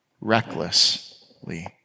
recklessly